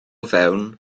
fewn